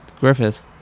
Griffith